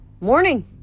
Morning